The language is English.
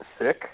sick